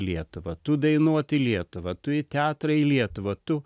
lietuvą tu dainuot į lietuvą tu į teatrą į lietuvą tu